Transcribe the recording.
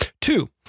Two